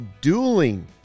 dueling